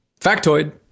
Factoid